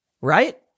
right